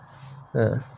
uh